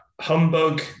humbug